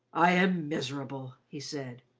i am miserable, he said.